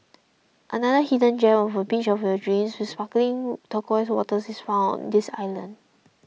another hidden gem of a beach of your dreams with sparkling turquoise waters is found on this island